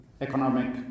economic